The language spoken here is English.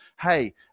hey